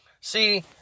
See